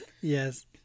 Yes